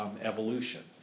evolution